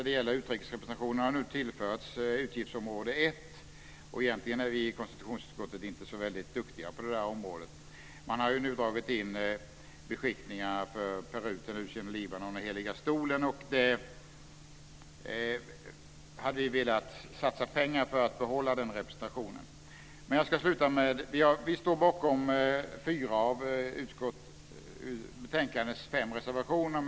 Den har nu tillförts utgiftsområde 1. Egentligen är vi i konstitutionsutskottet inte så väldigt duktiga på det området. Nu har man dragit in beskickningarna i Peru, Tunisien, Libanon och Heliga Stolen. Vi hade velat satsa pengar för att behålla den representationen. Vi står bakom fyra av betänkandets fem reservationer.